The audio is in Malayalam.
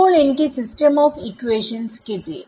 അപ്പോൾ എനിക്ക് സിസ്റ്റം ഓഫ് ഇക്വേഷൻസ്കിട്ടി